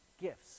gifts